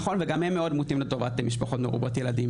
נכון וגם הם מאוד מוטים לטובת המשפחות מרובות ילדים,